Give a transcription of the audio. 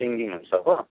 singing हुन्छ हो